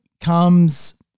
comes